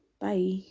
bye